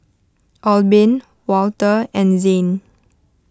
Albin Walter and Zane